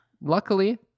Luckily